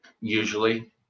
Usually